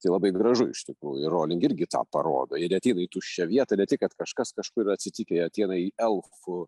tai labai gražu iš tikrųjų ir roling irgi tą parodo ji neateina į tuščią vietą ne tai kad kažkas kažkur yra atsitikę ji ateina į elfų